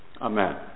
Amen